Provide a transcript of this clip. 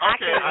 Okay